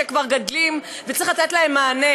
שכבר גדלים וצריך לתת להם מענה.